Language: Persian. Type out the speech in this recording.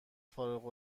فارغ